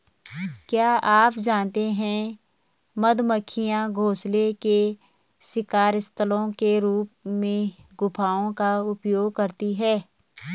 क्या आप जानते है मधुमक्खियां घोंसले के शिकार स्थलों के रूप में गुफाओं का उपयोग करती है?